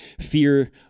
Fear